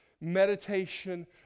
meditation